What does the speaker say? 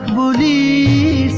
ah ou the